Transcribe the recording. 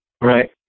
right